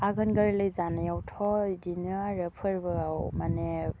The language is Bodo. आघोन गोरलै जानायावथ' बिदिनो आरो फोरबोआव माने